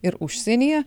ir užsienyje